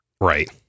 Right